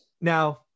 Now